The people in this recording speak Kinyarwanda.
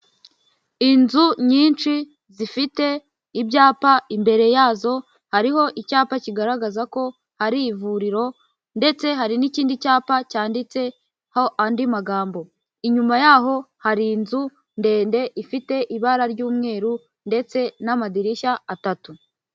Inzu nyinshi zifite ibyapa imbere yazo hariho icyapa kigaragaza ko ari ivuriro, ndetse hari n'ikindi cyapa cyanditseho andi magambo. Inyuma yaho hari inzu ndende ifite ibara ry'umweru, ndetse n'amadirishya atatu.